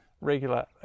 regular